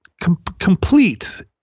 complete